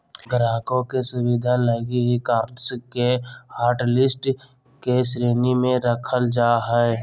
ग्राहकों के सुविधा लगी ही कार्ड्स के हाटलिस्ट के श्रेणी में रखल जा हइ